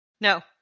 No